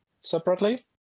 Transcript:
separately